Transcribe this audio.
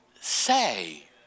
say